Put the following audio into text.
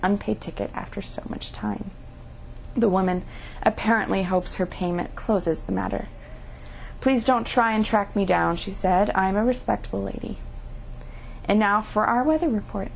unpaid ticket after so much time the woman apparently hopes her payment closes the matter please don't try and track me down she said i'm respectfully and now for our weather report